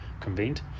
convened